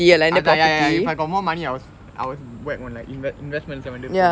அதான்:athaan ya ya ya if I got more money I would I would whack on like inves~ investments வந்து போடுவேன்:vanthu poduven you know